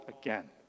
again